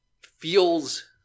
feels